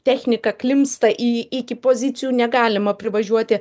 technika klimpsta į iki pozicijų negalima privažiuoti